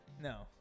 No